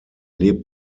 lebt